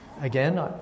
Again